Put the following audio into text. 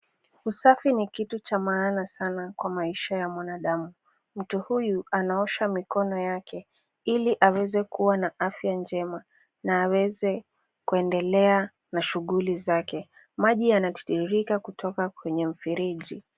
Usafi ni kitu cha maana sana kwa maisha ya binadamu. Mtu huyu anaosha mikono yake ili aweze kuwa na afya njema na aweze kuendelea na shughuli yake. Maji yanatiririka kutoka kwenye mfereji.